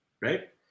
Right